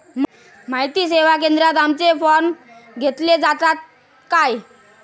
माहिती सेवा केंद्रात आमचे फॉर्म घेतले जातात काय?